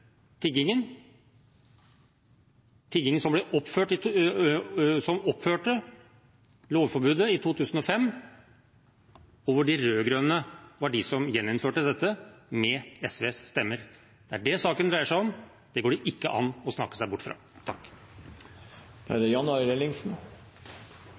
lovforbudet i 2005. Det var de rød-grønne som gjeninnførte dette med SVs stemmer. Det er det saken dreier seg om. Slikt går det ikke an å snakke seg bort fra.